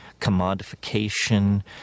commodification